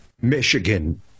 michigan